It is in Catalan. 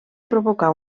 provocar